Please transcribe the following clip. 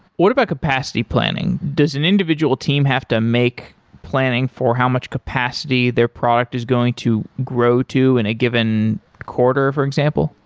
what about capacity planning? does an individual team have to make planning for how much capacity their product is going to grow to in a given quarter, for example?